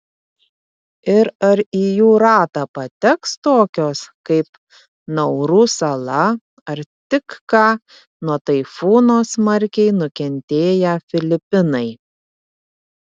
ir ar į jų ratą pateks tokios kaip nauru sala ar tik ką nuo taifūno smarkiai nukentėję filipinai